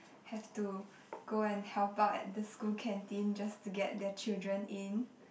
have to go and help out at the school canteen just to get their children in